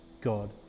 god